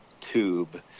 tube